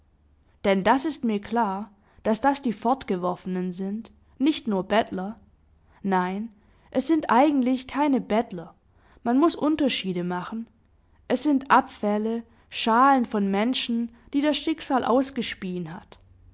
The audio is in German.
denn das ist mir klar daß das die fortgeworfenen sind nicht nur bettler nein es sind eigentlich keine bettler man muß unterschiede machen es sind abfälle schalen von menschen die das schicksal ausgespieen hat